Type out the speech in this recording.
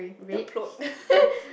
the float